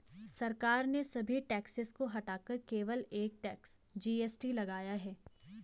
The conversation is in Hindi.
सरकार ने सभी टैक्सेस को हटाकर केवल एक टैक्स, जी.एस.टी लगाया है